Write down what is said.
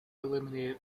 eliminated